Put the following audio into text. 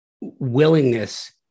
willingness